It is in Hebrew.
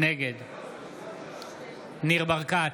נגד ניר ברקת,